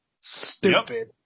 Stupid